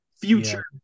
future